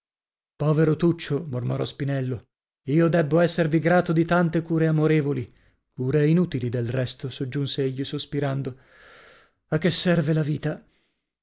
povero tuccio mormorò spinello io debbo esservi grato di tante cure amorevoli cure inutili del resto soggiunse egli sospirando a che serve la vita